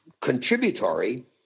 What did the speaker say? Contributory